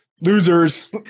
losers